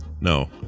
No